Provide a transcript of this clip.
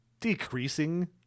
decreasing